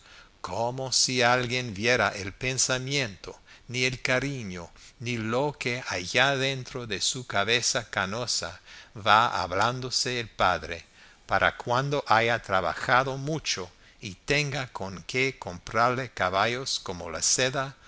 como si alguien viera el pensamiento ni el cariño ni lo que allá dentro de su cabeza canosa va hablándose el padre para cuando haya trabajado mucho y tenga con qué comprarle caballos como la seda